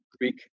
Greek